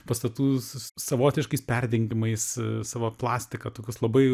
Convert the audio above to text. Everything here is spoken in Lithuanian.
pastatų su savotiškais perdengimais savo plastika tokius labai